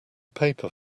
paper